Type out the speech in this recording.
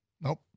Nope